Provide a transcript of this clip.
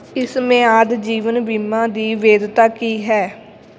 ਇਸ ਮਿਆਦ ਜੀਵਨ ਬੀਮਾ ਦੀ ਵੇਧਤਾ ਕੀ ਹੈ